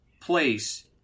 place